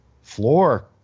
floor